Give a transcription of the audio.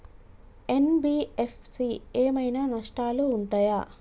NBFC ఏమైనా నష్టాలు ఉంటయా?